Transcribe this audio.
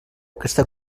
aquesta